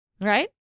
Right